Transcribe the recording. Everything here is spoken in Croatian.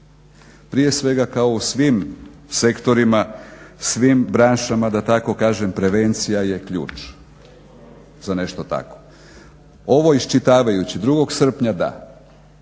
Prije svega kao u svim sektorima, svim branšama da tako kažem prevencija je ključ za nešto takvo. Ovo iščitavajući 2. srpnja da.